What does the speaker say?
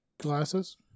Glasses